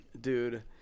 dude